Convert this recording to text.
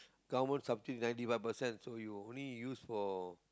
government subsidise ninety five percent so you only use for